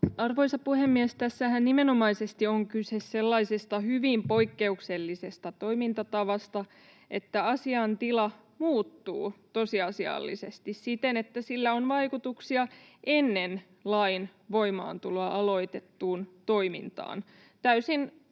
on kyse sellaisesta hyvin poikkeuksellisesta toimintatavasta, että asiantila muuttuu tosiasiallisesti siten, että sillä on vaikutuksia ennen lain voimaantuloa aloitettuun toimintaan.